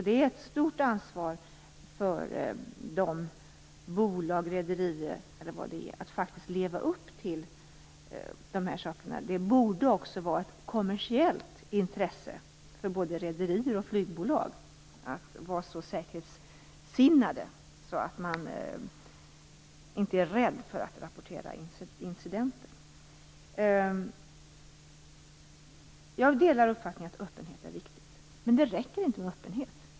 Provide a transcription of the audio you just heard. Det är ett stort ansvar för de bolag och rederier eller vad det är fråga om att faktiskt leva upp till detta. Det borde också vara ett kommersiellt intresse för både rederier och flygbolag att vara så säkerhetssinnade att de inte är rädda för att rapportera incidenter. Jag delar uppfattningen att öppenhet är viktigt. Men det räcker inte med öppenhet.